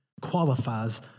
qualifies